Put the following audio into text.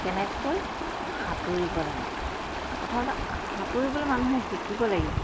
কেনেকৈ সাঁতুৰিব লাগে প্ৰথমতে সাঁতুৰিবলে মানুহে শিকিব লাগিব